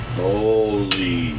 holy